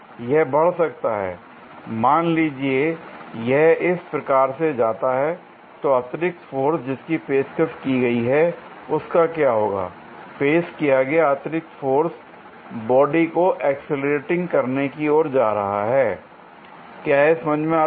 यह बढ़ सकता है मान लीजिए यह इस प्रकार से जाता है तो अतिरिक्त फोर्स जिसकी पेशकश की गई है उसका क्या होगा l पेश किया गया अतिरिक्त फोर्स बॉडी को एक्सीलरेटिंग करने की ओर जा रहा है l क्या यह समझ में आता है